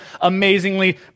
amazingly